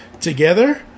together